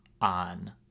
on